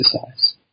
exercise